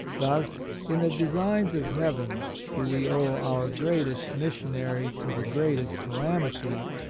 thus, in the designs of heaven do we owe our greatest missionary to the greatest calamity,